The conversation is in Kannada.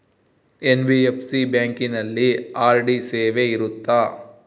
ಎನ್.ಬಿ.ಎಫ್.ಸಿ ಬ್ಯಾಂಕಿನಲ್ಲಿ ಆರ್.ಡಿ ಸೇವೆ ಇರುತ್ತಾ?